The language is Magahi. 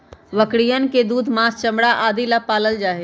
बकरियन के दूध, माँस, चमड़ा आदि ला पाल्ल जाहई